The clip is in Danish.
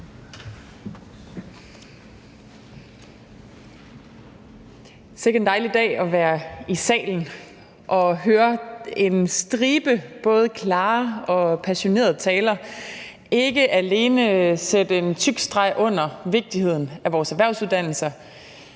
Sikke en dejlig dag at være i salen og høre en stribe både klare og passionerede taler ikke alene sætte en tyk streg under vigtigheden af vores erhvervsuddannelser,